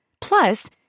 Plus